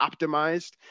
optimized